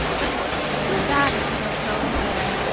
but it will be too bad if we don't go up there.